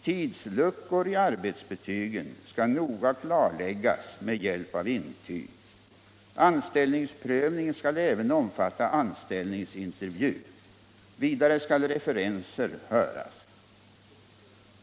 Tidsluckor i arbetsbetygen skall noga klarläggas med hjälp av intyg. Anställningsprövningen skall även omfatta anställningsintervju. Vidare skall referenser höras.